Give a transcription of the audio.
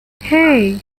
hey